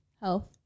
health